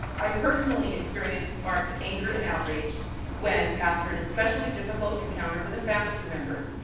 i personally experienced mark's anger and outrage when after an especially difficult encounter with a faculty member,